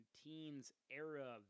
teens-era